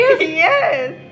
Yes